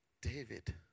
David